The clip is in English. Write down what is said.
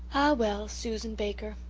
ah well, susan baker,